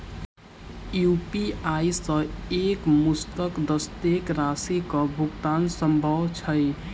UPI सऽ एक मुस्त कत्तेक राशि कऽ भुगतान सम्भव छई?